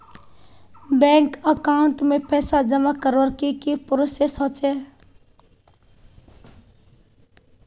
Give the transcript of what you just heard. Bank account में पैसा जमा करवार की की प्रोसेस होचे?